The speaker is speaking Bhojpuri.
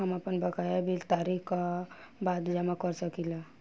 हम आपन बकाया बिल तारीख क बाद जमा कर सकेला?